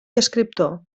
escriptor